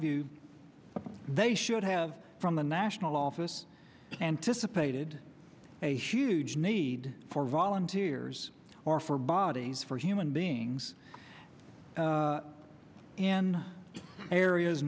view they should have from the national office anticipated a huge need for volunteers or for bodies for human beings in areas